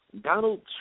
Donald